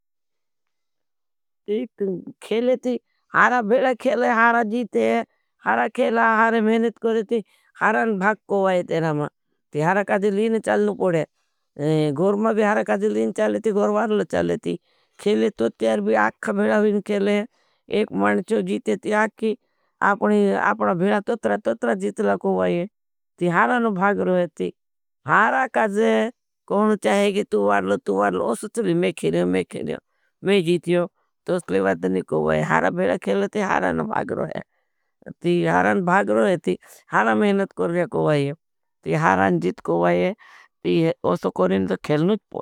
हारा भेला खेले, हारा जीते हैं। हारा खेला, हारा मेनेत करें। हारान भाग कोई है तेरा मां। हारा काज़े लीन चालने कोड़े। गोर मां भी हारा काज़े लीन चाले थी, गोर वारल चाले थी। कोई पूरे तू काई राइडो तो नहीं हो जाया कि बोठी बोठी हो। तू से मैं एक फेर कोई देदो, मैं भुन्डलो नहीं होई, मैं नहीं जानतो।